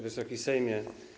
Wysoki Sejmie!